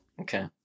okay